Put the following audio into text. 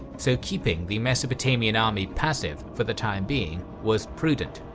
so keeping the mesopotamian army passive, for the time being, was prudent.